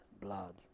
blood